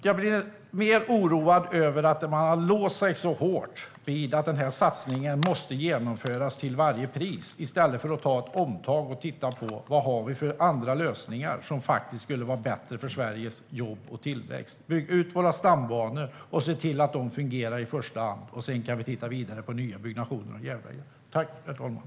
Jag blir mer oroad över att man har låst sig så hårt vid att den här satsningen måste genomföras till varje pris i stället för att göra ett omtag och titta på vad vi har för andra lösningar som faktiskt skulle vara bättre för Sveriges jobb och tillväxt. Bygg ut våra stambanor och se till att de fungerar i första hand! Sedan kan vi titta vidare på nya byggnationer när det gäller järnvägen.